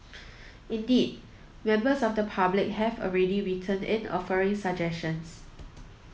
indeed members of the public have already written in offering suggestions